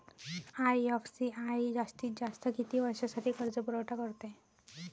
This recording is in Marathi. आय.एफ.सी.आय जास्तीत जास्त किती वर्षासाठी कर्जपुरवठा करते?